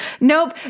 Nope